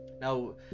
Now